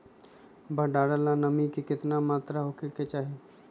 भंडारण ला नामी के केतना मात्रा राहेके चाही?